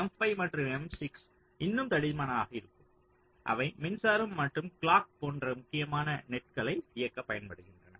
M5 மற்றும் M6 இன்னும் தடிமனாக இருக்கும் அவை மின்சாரம் மற்றும் கிளாக் போன்ற முக்கியமான நெட்களை இயக்கப் பயன்படுகின்றன